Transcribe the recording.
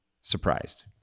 surprised